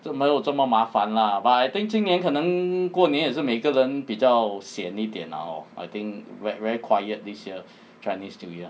就没有这么麻烦 lah but I think 今年可能过年也是每个人比较 sian 一点 now I think very very quiet this year chinese new year